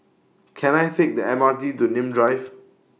Can I Take The M R T to Nim Drive